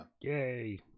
Yay